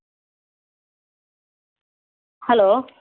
hello